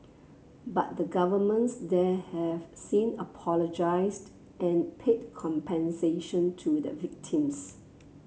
but the governments there have since apologised and paid compensation to the victims